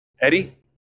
Eddie